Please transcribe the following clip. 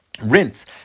rinse